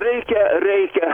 reikia reikia